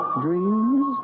dreams